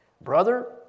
Brother